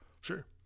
Sure